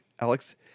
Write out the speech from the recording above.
Alex